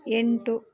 ಎಂಟು